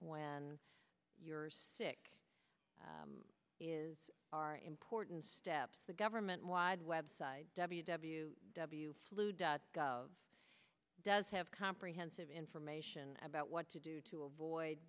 when you're sick is are important steps the government wide web site w w w flu dot gov does have comprehensive information about what to do to avoid